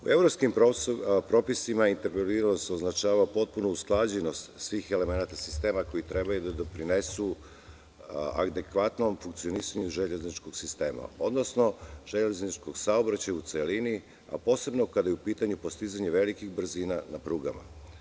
U evropskim propisima interoperabilnost označava potpuno usklađenost sistema koji treba da doprinesu adekvatnom funkcionisanju železničkog sistema, odnosno železničkog saobraćaja u celini a posebno kada je u pitanju postizanje velikih brzina na prugama.